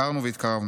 הכרנו והתקרבנו.